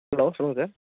hello சொல்லுங்கள் sir